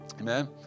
Amen